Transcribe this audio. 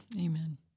Amen